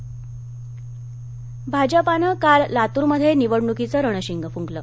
अमित शहा लातर भाजपानं काल लातूरमध्ये निवडणुकीचं रणशिंग फूंकलं